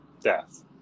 death